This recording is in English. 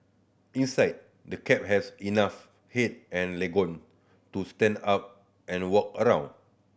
inside the cab has enough head and legroom to stand up and walk around